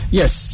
yes